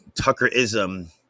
Tuckerism